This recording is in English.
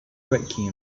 breaking